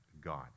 God